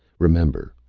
remember,